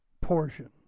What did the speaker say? portion